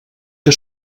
que